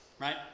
right